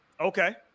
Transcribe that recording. Okay